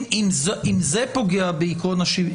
אבל אם זה פוגע בעיקרון השוויון,